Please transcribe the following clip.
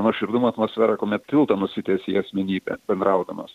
nuoširdumo atmosferą kuomet tiltą nusitiesi į asmenybę bendraudamas